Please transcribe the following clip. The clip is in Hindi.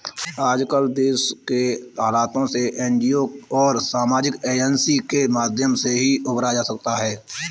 आजकल देश के हालातों से एनजीओ और सामाजिक एजेंसी के माध्यम से ही उबरा जा सकता है